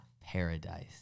paradise